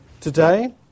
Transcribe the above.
Today